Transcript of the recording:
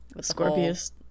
Scorpius